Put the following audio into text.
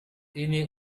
ini